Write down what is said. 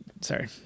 Sorry